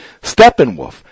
Steppenwolf